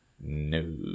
No